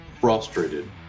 frustrated